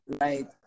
Right